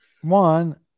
one